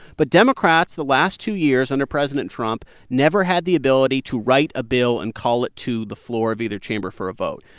but democrats the last two years under president trump never had the ability to write a bill and call it to the floor of either chamber for a vote.